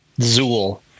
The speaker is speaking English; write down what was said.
Zool